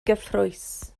gyfrwys